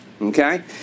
okay